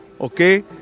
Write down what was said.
okay